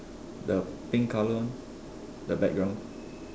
the pink colour one the background